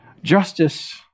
Justice